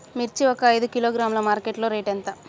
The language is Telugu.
మిర్చి ఒక ఐదు కిలోగ్రాముల మార్కెట్ లో రేటు ఎంత?